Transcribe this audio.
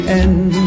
end